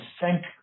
thank